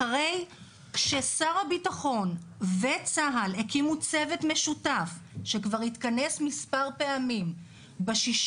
אחרי ששר הביטחון וצה"ל הקימו צוות משותף שכבר התכנס מספר פעמים ב-6